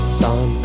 sun